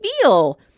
feel